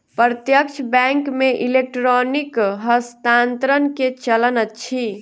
प्रत्यक्ष बैंक मे इलेक्ट्रॉनिक हस्तांतरण के चलन अछि